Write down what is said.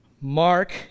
Mark